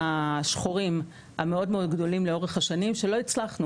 השחורים המאוד מאוד גדולים לאורך השנים שלא הצלחנו,